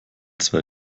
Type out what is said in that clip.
zwei